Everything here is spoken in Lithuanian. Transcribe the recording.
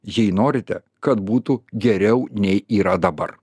jei norite kad būtų geriau nei yra dabar